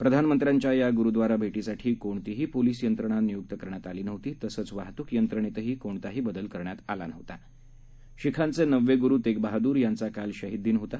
प्रधानमंत्र्यांच्यायागुरुद्वाराभेटीसाठीकोणतीहीपोलिसयंत्रणानियुक्तकरण्यातआलीनव्हतीतसंचवाहतूकयंत्रणेतहीकोणताहीबदलकरण्यातआ शिखांचेनववेगुरुतेगबहादूरयांचाकालशहीददिनहोता